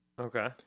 Okay